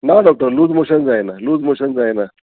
ना doctor loose motion जायना loose motion जायना